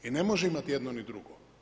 I ne može imati i jedno ni drugo.